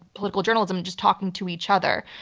political journalism, just talking to each other.